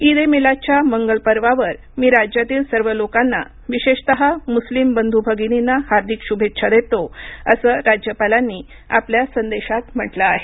ईद ए मिलादच्या मंगल पर्वावर मी राज्यातील सर्व लोकांना विशेषतः मुस्लिम बंध् भगिनींना हार्दिक शुभेच्छा देतो असं राज्यपालांनी आपल्या संदेशात म्हटलं आहे